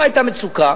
לא היתה מצוקה.